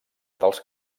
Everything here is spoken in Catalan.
dels